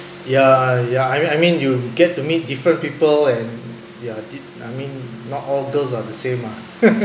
ya ya I mean I mean you get to meet different people and ya di~ I mean not all girls are the same ah